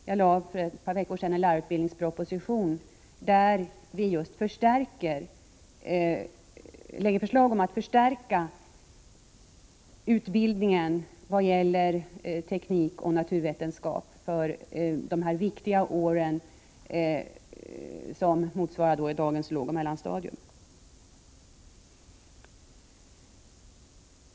Jag lade för ett par veckor sedan fram en lärarutbildningsproposition, där vi föreslår en förstärkning av lärarutbildningen i teknik och naturvetenskap för dessa viktiga år som motsvarar dagens lågoch mellanstadium.